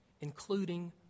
including